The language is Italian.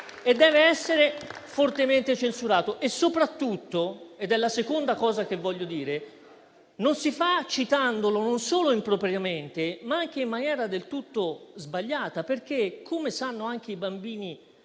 e deve essere fortemente censurato. E soprattutto - è la seconda cosa che voglio dire - non si fa citandolo non solo impropriamente, ma anche in maniera del tutto sbagliata. Come sanno anche i bambini